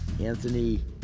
Anthony